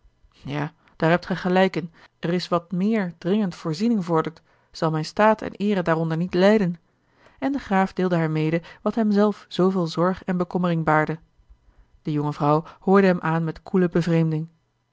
ja daar hebt gij gelijk in er is wat meer dringend voorziening vordert zal mijn staat en eere daaronder niet lijden en de graaf deelde haar mede wat hem zelf zooveel zorg en bekommering baarde de jonge vrouw hoorde hem aan met koele bevreemding